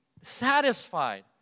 satisfied